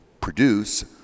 produce